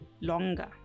longer